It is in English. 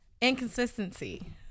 Inconsistency